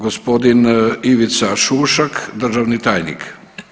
Gospodin Ivica Šušak, državni tajnik.